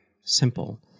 simple